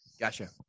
Gotcha